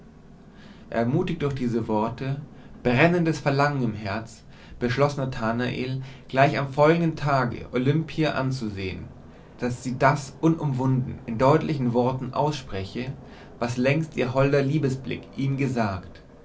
ermutigt durch diese worte brennendes verlangen im herzen beschloß nathanael gleich am folgenden tage olimpia anzusehen daß sie das unumwunden in deutlichen worten ausspreche was längst ihr holder liebesblick ihm gesagt